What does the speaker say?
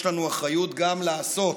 יש לנו אחריות גם לעשות.